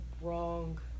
wrong